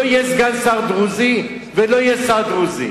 לא יהיה סגן שר דרוזי ולא יהיה שר דרוזי,